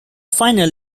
final